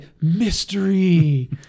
mystery